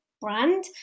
brand